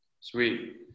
Sweet